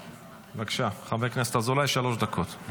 בבקשה, חבר הכנסת אזולאי, שלוש דקות.